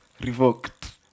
revoked